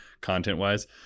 content-wise